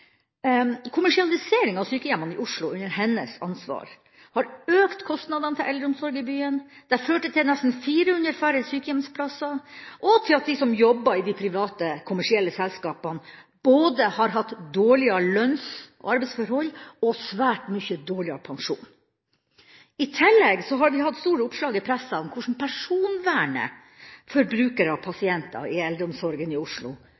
av sykehjemmene i Oslo under hennes ansvar har ført til økte kostnader til eldreomsorg i byen, det har ført til nesten 400 færre sykehjemsplasser, og til at de som jobber i de private kommersielle selskapene, har hatt både dårligere lønns- og arbeidsforhold og svært mye dårligere pensjon. I tillegg har vi hatt store oppslag i pressen om hvordan personvernet for brukere og pasienter i eldreomsorgen i Oslo